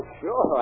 sure